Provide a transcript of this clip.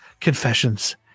confessions